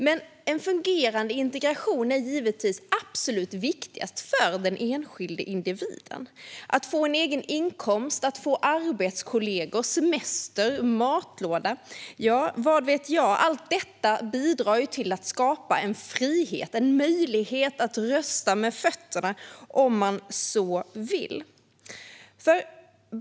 Men en fungerande integration är givetvis absolut viktigast för den enskilde individen. Att få en egen inkomst, arbetskollegor, semester, matlåda och vad det nu kan vara - allt detta bidrar till att skapa en frihet, en möjlighet att rösta med fötterna om man så vill.